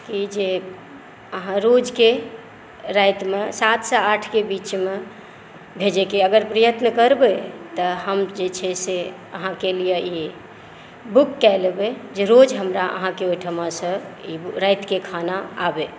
की जे आहाँ रोजके रातिमे सात से आठ के बीचमे भेजैके अगर प्रयत्न करबै त हम जे छै से आहाँके लिए ई बुक कए लेबै जे रोज हमरा आहाँके ओहिठामसँ ई रातिके खाना आबै